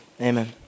amen